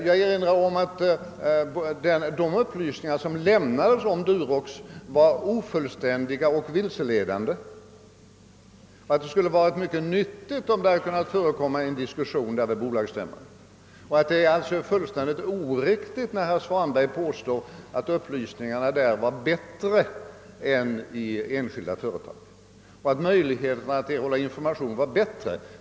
Jag erinrar om att de upplysningar som lämnats om Durox var ofullständiga och vilseledande, så det skulle ha varit mycket nyttigt om en diskussion hade kunnat förekomma vid bolagsstämman. Jag anser det fullständigt oriktigt när herr Svanberg påstår att möjligheterna att erhålla information i detta fall var bättre än i enskilda företag.